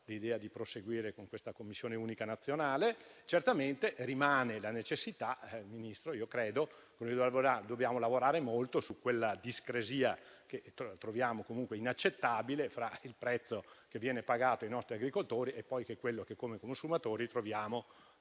l'idea di proseguire con la Commissione unica nazionale. Certamente rimane una necessità e, signor Ministro, credo che noi dobbiamo lavorare molto su quella discrasia che troviamo comunque inaccettabile fra il prezzo pagato ai nostri agricoltori e quello che come consumatori troviamo